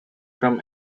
from